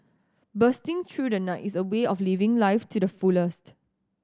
bursting through the night is a way of living life to the fullest